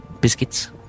biscuits